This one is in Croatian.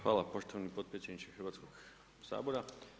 Hvala poštovani potpredsjedniče Hrvatskog sabora.